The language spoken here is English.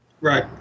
Right